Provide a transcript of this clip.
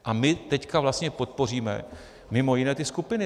A my teď vlastně podpoříme mimo jiné ty skupiny.